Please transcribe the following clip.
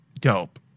dope